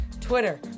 twitter